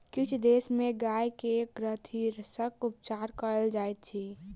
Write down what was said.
किछ देश में गाय के ग्रंथिरसक उपचार कयल जाइत अछि